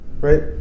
Right